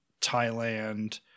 thailand